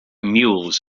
mules